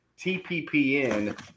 TPPN